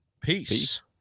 Peace